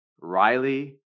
Riley